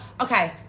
okay